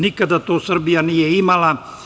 Nikada to Srbija nije imala.